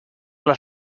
las